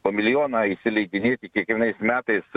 po milijoną įšsileidinėti kiekvienais metais